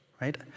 right